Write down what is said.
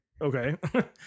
okay